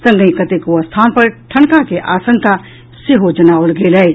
संगहि कतेको स्थान पर ठनका के आशंका सेहो जनाओल गेल अछि